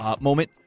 moment